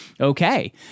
okay